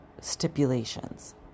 stipulations